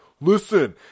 listen